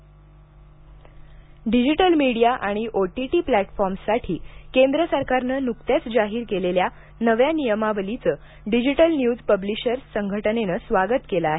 OTT digital media आणि OTT platforms साठी केंद्र सरकारनं नुकत्याच जाहीर केलेल्या नव्या नियमावलीचं डिजिटल न्यूज पब्लिशर्स संघटनेनं स्वागत केलं आहे